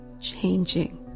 changing